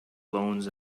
loans